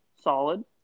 solid